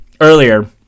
earlier